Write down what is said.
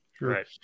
Right